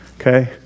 Okay